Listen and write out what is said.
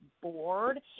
board